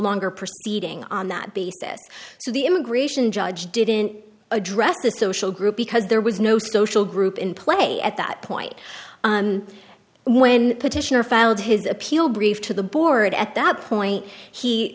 longer proceeding on that basis so the immigration judge didn't address the social group because there was no social group in play at that point when petitioner filed his appeal brief to the board at that point he